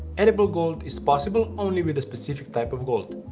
edible gold is possible only with a specific type of gold,